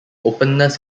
openness